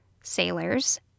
sailors